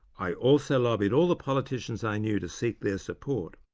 i also lobbied all the politicians i knew to seek their support.